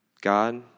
God